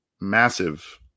massive